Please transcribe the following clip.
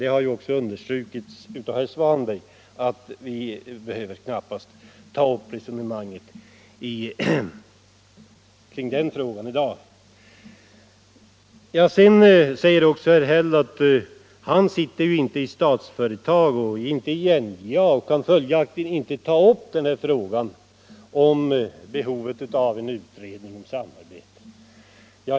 Det har också understrukits av herr Svanberg att vi i dag knappast behöver ta upp ett resonemang om den frågan. Herr Häll säger också att han inte sitter med i Statsföretag eller i NJA och följaktligen inte kan ta upp frågan om behovet av en utredning om samarbete.